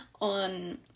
on